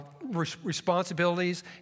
responsibilities